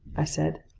i said.